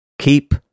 Keep